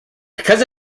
because